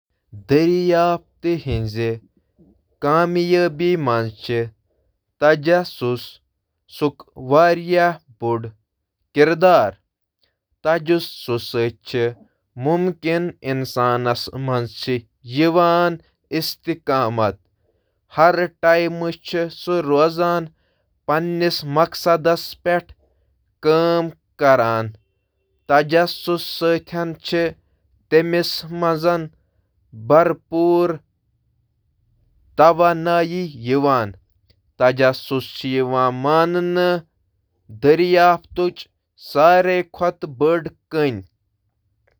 Curiosity چُھ دریافتس منٛز اہم کردار ادا کران: متاثر کن ایکسپلوریشن ، علم بناوُن، عمل پورٕ کرُن۔ تجسس ہیکہٕ لوکن نئۍ دنیا تہٕ امکانات وچھنس منٛز تہٕ مدد کرتھ یم عام زندگی ہنٛز سطحس پتھ چھپنہٕ چِھ آسان۔